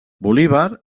bolívar